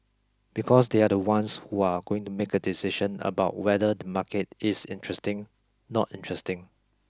because they are the ones who are going to make a decision about whether the market is interesting not interesting